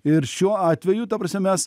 ir šiuo atveju ta prasme mes